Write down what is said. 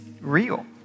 real